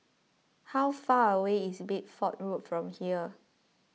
how far away is Bedford Road from here